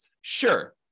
Sure